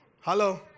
Hello